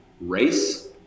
race